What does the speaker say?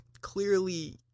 Clearly